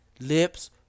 Lips